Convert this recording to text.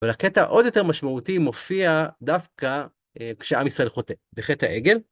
אבל הקטע העוד יותר משמעותי מופיע דווקא כשהעם ישראל חוטא, בחטא העגל.